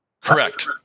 Correct